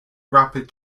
rapid